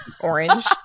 orange